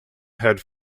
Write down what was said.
had